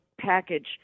package